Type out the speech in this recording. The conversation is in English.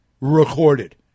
recorded